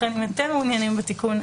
לכן אם אתם מעוניינים בתיקון,